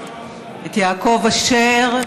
את יעקב אשר.